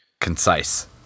Concise